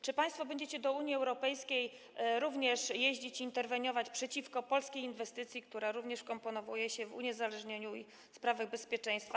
Czy państwo będziecie do Unii Europejskiej również jeździć, by interweniować przeciwko polskiej inwestycji, która również wkomponowuje się w uniezależnienie i sprawy bezpieczeństwa?